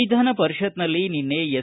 ವಿಧಾನಪರಿಪತ್ನಲ್ಲಿ ನಿನ್ನೆ ಎಸ್